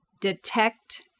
detect